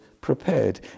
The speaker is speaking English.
prepared